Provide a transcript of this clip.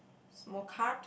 small cart